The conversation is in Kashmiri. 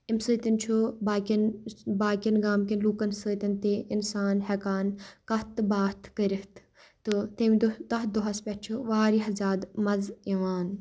اَمہِ سۭتۍ چھُ باقیَن باقیَن گامکیٚن لوٗکَن سۭتۍ تہِ اِنسان ہیٚکان کَتھ تہٕ باتھ کٔرِتھ تہٕ تمہِ دۄہ تَتھ دۄہَس پیٚٹھ چھُ واریاہ زیادٕ مَزٕ یِوان